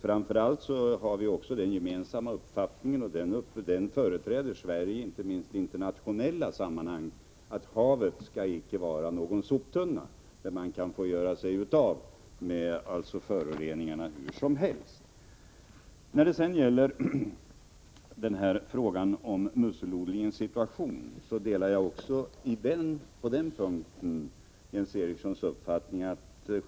Framför allt har vi den gemensamma uppfattningen, som Sverige framför inte minst i internationella sammanhang, att havet icke skall få bli en soptunna, där man kan göra sig av med föroreningarna hur som helst. När det sedan gäller frågan om musselodlingens situation delar jag även på den punkten Jens Erikssons uppfattning.